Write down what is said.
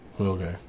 Okay